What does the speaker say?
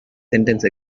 sentence